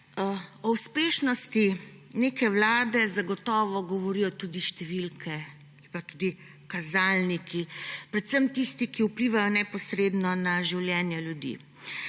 O uspešnosti neke vlade zagotovo govorijo tudi številke in kazalniki, predvsem tisti, ki vplivajo neposredno na življenje ljudi.